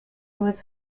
was